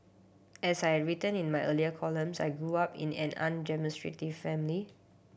as I written in my earlier columns I grew up in an undemonstrative family